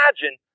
imagine